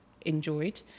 enjoyed